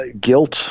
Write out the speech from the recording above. guilt